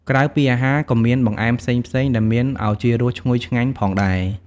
ក្រៅពីអាហារ ក៏មានបង្អែមផ្សេងៗ ដែលមានឱជារសឈ្ងុយឆ្ងាញ់ផងដែរ។